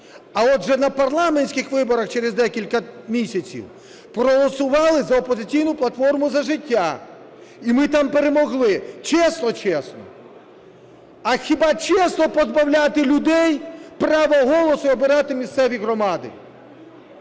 А отже на парламентських виборах через декілька місяців проголосували за "Опозиційну платформу – За життя" і ми там перемогли. Чесно? Чесно. А хіба чесно позбавляти людей права голосу обирати місцеві громади?